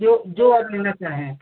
जो जो आप लेना चाहें